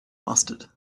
mustard